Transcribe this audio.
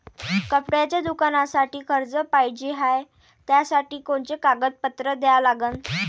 कपड्याच्या दुकानासाठी कर्ज पाहिजे हाय, त्यासाठी कोनचे कागदपत्र द्या लागन?